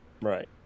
Right